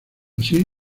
así